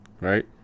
right